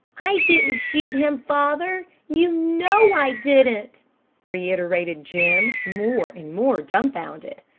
i didn't shoot him, father. you know i didn't! reiterated jim, more and more dumfounded.